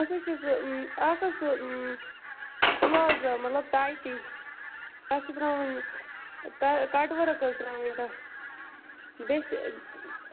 اَسہِ حظ چھِ سُہ اَکھ حظ سُہ پٕلازا مطلب ٹایٹی تَتھ چھِ ترٛاوٕنۍ کہ کَٹ ؤرٕک حظ ترٛاوٕنۍ تَتھ بیٚیہِ چھِ